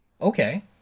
Okay